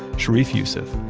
sharif youssef,